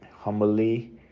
humbly